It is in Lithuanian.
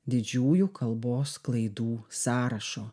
didžiųjų kalbos klaidų sąrašo